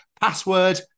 password